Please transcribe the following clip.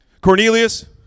Cornelius